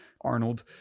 Arnold